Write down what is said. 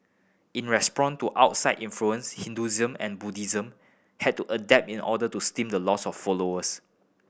in response to outside influence Hinduism and Buddhism had to adapt in order to stem the loss of followers